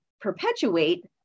perpetuate